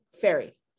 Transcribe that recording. ferry